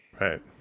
right